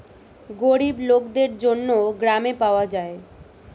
গরিব লোকদের জন্য গ্রামে পাওয়া যায়